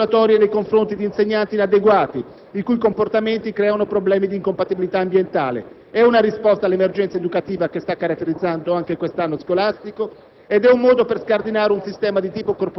All'articolo 2 si prevedono procedure sanzionatorie nei confronti di insegnanti inadeguati, i cui comportamenti creano problemi di incompatibilità ambientale. È una risposta all'emergenza educativa che sta caratterizzando anche quest'anno scolastico,